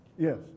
Yes